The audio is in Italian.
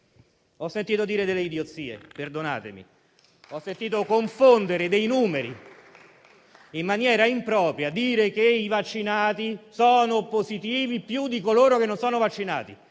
Ho sentito dire delle idiozie, perdonatemi. Ho sentito confondere i numeri in maniera impropria. Ho sentito dire che i vaccinati sono positivi più di coloro che non sono vaccinati.